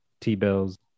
T-bills